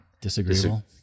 Disagreeable